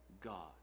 God